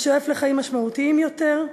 השואף לחיים משמעותיים יותר,